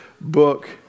book